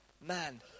man